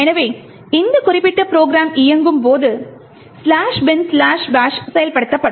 எனவே இந்த குறிப்பிட்ட ப்ரோக்ராம் இயங்கும்போது "binbash" செயல்படுத்தப்படும்